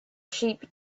sheep